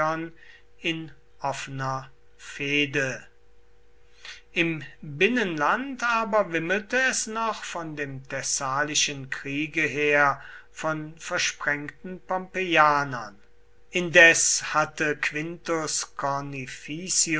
in offener fehde im binnenland aber wimmelte es noch von dem thessalischen kriege her von versprengten pompeianern indes hatte quintus